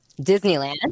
Disneyland